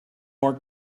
more